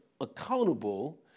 accountable